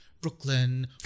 Brooklyn